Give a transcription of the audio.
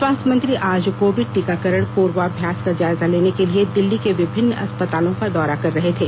स्वास्थ्य मंत्री आज कोविड टीकाकरण पूर्वाभ्यास का जायजा लेने के लिए दिल्ली के विभिन्न अस्पतालों का दौरा कर रहे थे